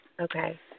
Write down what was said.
Okay